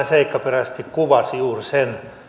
seikkaperäisesti kuvasi juuri sen